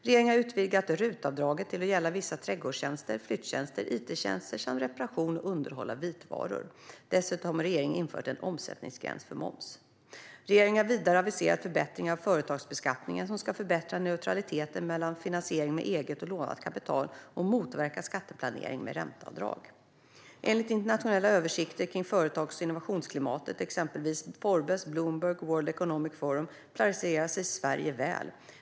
Regeringen har utvidgat RUT-avdraget till att gälla vissa trädgårdstjänster, flyttjänster, it-tjänster samt reparation och underhåll av vitvaror. Dessutom har regeringen infört en omsättningsgräns för moms. Regeringen har vidare aviserat förändringar av företagsbeskattningen som ska förbättra neutraliteten mellan finansiering med eget och lånat kapital och motverka skatteplanering med ränteavdrag. Enligt internationella översikter kring företags och innovationsklimat - exempelvis Forbes, Bloomberg och World Economic Forum - placerar sig Sverige väl.